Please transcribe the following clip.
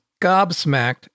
gobsmacked